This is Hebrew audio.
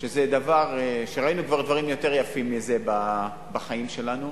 כבר ראינו דברים יפים מזה בחיים שלנו,